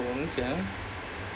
oh okay